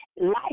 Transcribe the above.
Life